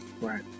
Right